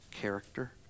character